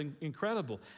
incredible